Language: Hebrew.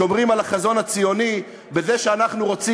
שומרים על החזון הציוני בזה שאנחנו רוצים